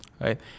right